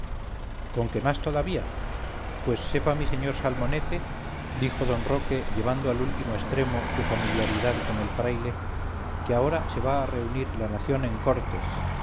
con que más todavía pues sepa mi señor salmonete dijo d roque llevando al último extremo su familiaridad con el fraile que ahora se va a reunir la nación en cortes